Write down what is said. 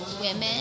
women